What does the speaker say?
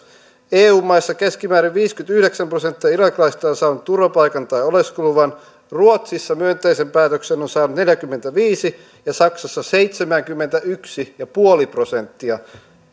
eu maissa keskimäärin viisikymmentäyhdeksän prosenttia irakilaisista on saanut turvapaikan tai oleskeluluvan ruotsissa myönteisen päätöksen on saanut neljäkymmentäviisi ja saksassa seitsemänkymmentäyksi pilkku viisi prosenttia